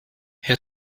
herr